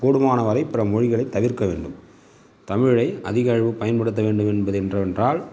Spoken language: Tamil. கூடுமான வரை பிற மொழிகளை தவிர்க்க வேண்டும் தமிழை அதிகளவு பயன்படுத்த வேண்டும் என்பது என்னவென்றால்